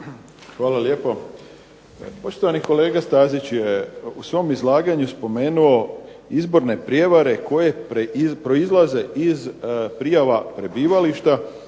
Hvala lijepo. Poštovani kolega Stazić je u svom izlaganju spomenuo izborne prijevare koje proizlaze iz prijava prebivališta,